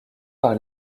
par